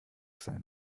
sein